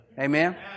Amen